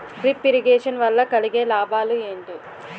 Drip irrigation వల్ల కలిగే లాభాలు ఏంటి?